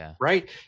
Right